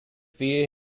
via